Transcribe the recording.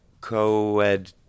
co-ed